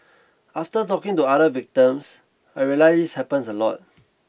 after talking to other victims I realised this happens a lot